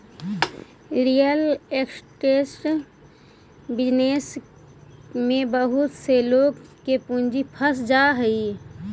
real estate business में बहुत से लोग के पूंजी फंस जा हई